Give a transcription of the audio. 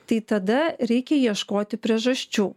tai tada reikia ieškoti priežasčių